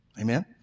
Amen